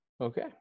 Okay